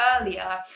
earlier